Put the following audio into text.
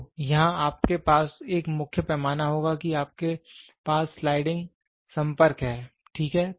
तो यहाँ आपके पास एक मुख्य पैमाना होगा कि आपके पास स्लाइडिंग संपर्क है ठीक है